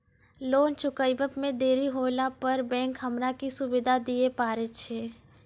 Loan चुकब इ मे देरी होला पर बैंक हमरा की सुविधा दिये पारे छै?